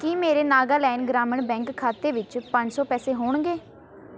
ਕੀ ਮੇਰੇ ਨਾਗਾਲੈਂਡ ਗ੍ਰਾਮੀਣ ਬੈਂਕ ਖਾਤੇ ਵਿੱਚ ਪੰਜ ਸੌ ਪੈਸੇ ਹੋਣਗੇ